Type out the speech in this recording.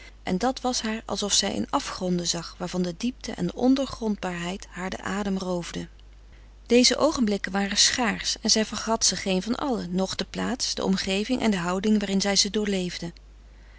en dat was haar alsof zij in afgronden zag waarvan de diepte en ondoorgrondbaarheid haar den adem roofde deze oogenblikken waren schaars en zij vergat ze frederik van eeden van de koele meren des doods geen van allen noch de plaats de omgeving en de houding waarin zij ze